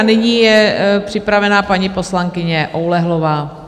Nyní je připravena paní poslankyně Oulehlová.